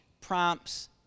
prompts